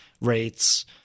rates